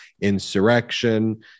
insurrection